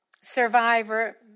survivor